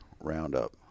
roundup